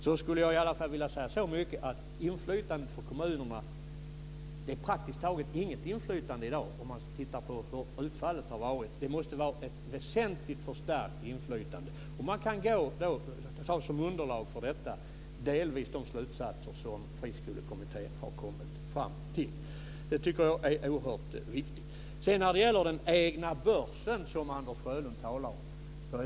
Jag skulle vilja säga så mycket som att det praktiskt taget inte är något inflytande för kommunerna i dag om man tittar på hur utfallet har varit. Det måste vara ett väsentligt förstärkt inflytande. Man kan som underlag för detta delvis ta de slutsatser som Friskolekommittén har kommit fram till. Det tycker jag är oerhört viktigt. Sedan talar Anders Sjölund om den egna börsen.